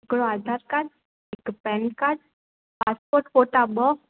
हिकिड़ो आधार कार्ड हिकु PAN card passport फोटा ॿ